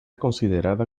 considerada